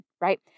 right